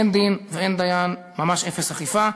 אין דין ואין דיין, ממש אפס אכיפה.